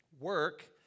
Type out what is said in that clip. Work